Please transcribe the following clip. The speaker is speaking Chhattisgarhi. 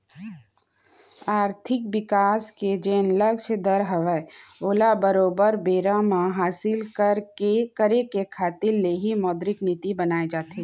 आरथिक बिकास के जेन लक्छ दर हवय ओला बरोबर बेरा म हासिल करे के खातिर ले ही मौद्रिक नीति बनाए जाथे